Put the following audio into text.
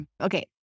Okay